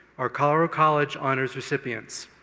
our colorado college honors recipients.